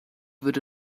würde